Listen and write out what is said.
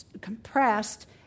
compressed